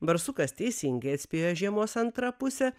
barsukas teisingai atspėjo žiemos antrą pusę